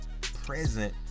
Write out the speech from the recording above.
present